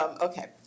okay